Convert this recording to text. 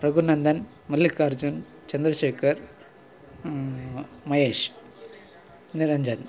Raghunandan Mallikarjun Chandrashekhar Mahesh Niranjan